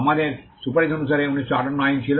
আমাদের সুপারিশ অনুসারে 1958 আইন ছিল